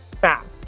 fast